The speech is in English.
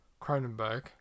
Cronenberg